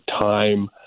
time